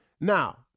Now